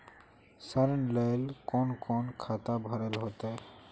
ऋण लेल कोन कोन खाता भरेले होते?